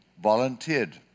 volunteered